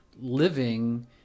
living